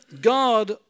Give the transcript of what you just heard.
God